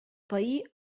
pair